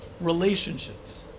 relationships